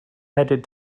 headed